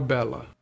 Bella